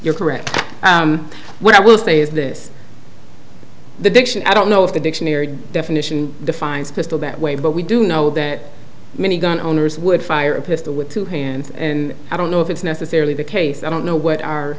you're correct what i will say is this the diction i don't know if the dictionary definition defines pistol that way but we do know that many gun owners would fire a pistol with two hands and i don't know if it's necessarily the case i don't know what